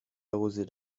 arroser